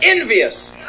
envious